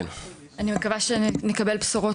אני מקווה שנקבל בשורות